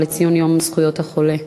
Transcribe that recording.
לציון יום זכויות החולה.